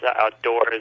outdoors